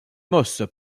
moss